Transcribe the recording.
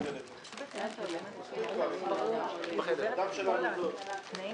הישיבה ננעלה בשעה 13:28.